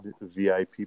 VIP